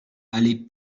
allée